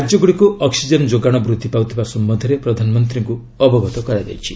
ରାଜ୍ୟଗୁଡ଼ିକୁ ଅକ୍ସିଜେନ୍ ଯୋଗାଣ ବୃଦ୍ଧି ପାଉଥିବା ସମ୍ଭନ୍ଧରେ ପ୍ରଧାନମନ୍ତ୍ରୀଙ୍କୁ ଅବଗତ କରାଯାଇଛି